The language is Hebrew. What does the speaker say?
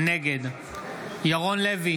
נגד ירון לוי,